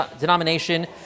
denomination